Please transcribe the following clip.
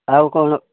ଆଉ କ'ଣ